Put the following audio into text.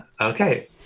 Okay